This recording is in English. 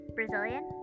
Brazilian